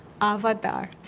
Avatar